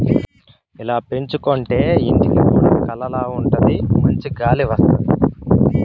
ఇలా పెంచుకోంటే ఇంటికి కూడా కళగా ఉంటాది మంచి గాలి వత్తది